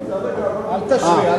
אל תשווה.